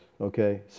Okay